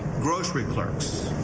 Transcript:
grocery clerks,